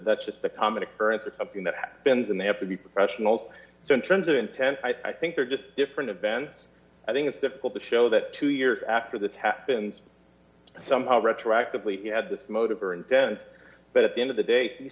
that's just a common occurrence or something that happens and they have to be professional so in terms of intent i think they're just different events i think it's difficult to show that two years after this happens somehow retroactively you had the motive or and then but at the end of the day you